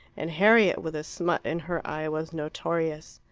and harriet with a smut in her eye was notorious.